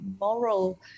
moral